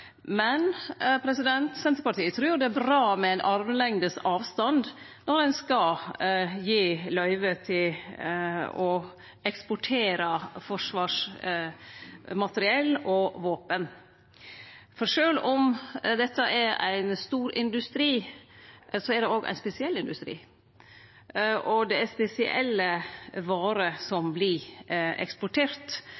Men Senterpartiet trur det er bra med ei armlengds avstand når ein skal gi løyve til å eksportere forsvarsmateriell og våpen. For sjølv om dette er ein stor industri, er det òg ein spesiell industri, og det er spesielle varer som